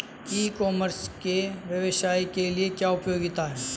ई commerce के व्यवसाय के लिए क्या उपयोगिता है?